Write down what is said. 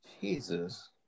Jesus